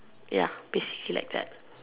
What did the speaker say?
ya basically like that